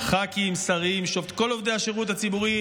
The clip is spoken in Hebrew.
ח"כים, שרים, כל עובדי השירות הציבורי.